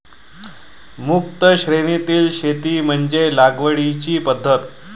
मुक्त श्रेणीतील शेती म्हणजे लागवडीची पद्धत